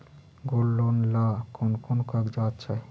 Gold loan ला कौन कौन कागजात चाही?